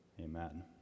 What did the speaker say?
Amen